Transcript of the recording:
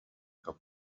cup